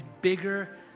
bigger